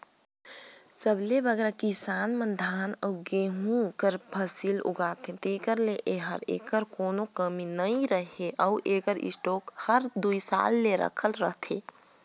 सबले बगरा किसान मन धान अउ गहूँ कर फसिल उगाथें तेकर ले इहां एकर कोनो कमी नी रहें अउ एकर स्टॉक हर दुई साल ले रखाल रहथे